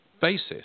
basis